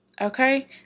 okay